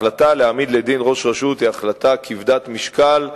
החלטה להעמיד לדין ראש רשות היא החלטה כבדת משקל,